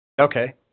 Okay